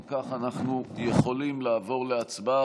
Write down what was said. אם כך, אנחנו יכולים לעבור להצבעה.